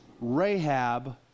Rahab